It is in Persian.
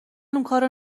اونکارو